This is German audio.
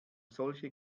solche